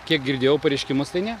kiek girdėjau pareiškimus tai ne